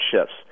shifts